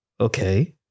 Okay